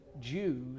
Jews